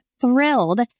thrilled